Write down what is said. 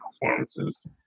performances